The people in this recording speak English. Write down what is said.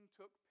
took